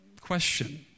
question